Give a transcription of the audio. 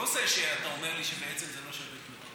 לא עוזר שאתה אומר לי שבעצם זה לא שווה כלום.